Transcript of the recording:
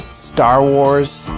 star wars,